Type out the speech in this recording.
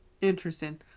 Interesting